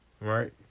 Right